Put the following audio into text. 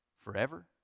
forever